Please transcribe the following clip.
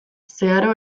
zeharo